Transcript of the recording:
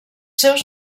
seus